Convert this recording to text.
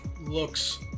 looks